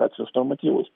atsiųs normatyvus